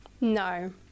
No